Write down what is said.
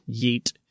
Yeet